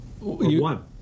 One